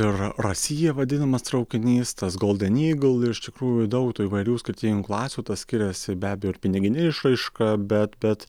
ir rasija vadinamas traukinys tas golden ygl iš tikrųjų daug tų įvairių skirtingų klasių tuo skiriasi be abejo ir pinigine išraiška bet bet